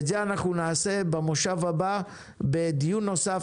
את זה אנחנו נעשה במושב הבא בדיון נוסף